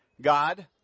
God